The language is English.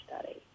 study